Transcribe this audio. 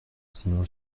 sinon